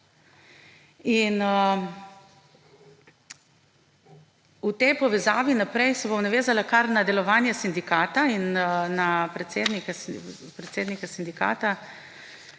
In v tej povezavi naprej se bom navezala kar na delovanje sindikata in na predsednika sindikata,